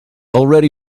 already